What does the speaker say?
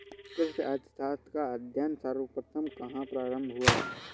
कृषि अर्थशास्त्र का अध्ययन सर्वप्रथम कहां प्रारंभ हुआ?